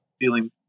feeling